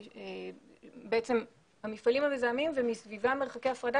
בעצם המפעלים המזהמים ומסביבם מרחקי הפרדה